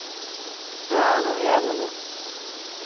हँ हँ आबू ने